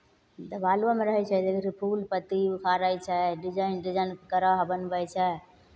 तऽ बालुओमे रहै छै जे फूल पत्ती भरै छै डिजाइन डिजाइन बनबै छै